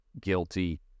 guilty